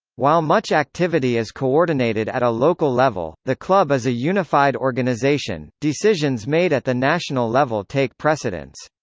while much activity is coordinated at a local level, the club is a unified organization decisions made at the national level take precedence.